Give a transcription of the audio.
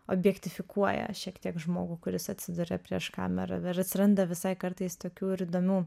objektifikuoja šiek tiek žmogų kuris atsiduria prieš kamerą ir atsiranda visai kartais tokių ir įdomių